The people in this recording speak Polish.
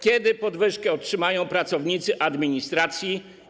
Kiedy podwyżkę otrzymają pracownicy administracji?